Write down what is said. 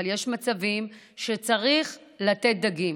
אבל יש מצבים שצריך לתת דגים.